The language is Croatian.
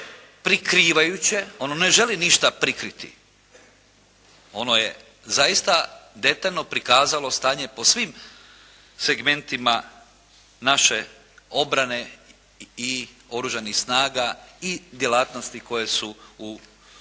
prikrivajuće, ono ne želi ništa prikriti. Ono je zaista detaljno prikazalo stanje po svim segmentima naše obrane i Oružanih snaga i djelatnosti koje su u